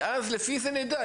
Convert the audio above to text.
ולפי זה נדע.